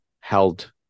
held